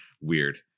weird